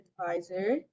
advisor